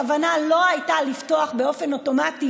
הכוונה לא הייתה לפתוח באופן אוטומטי